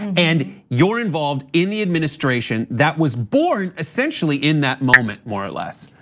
and you're involved in the administration that was born essentially in that moment, more or less,